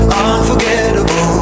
unforgettable